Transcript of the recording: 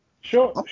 Sure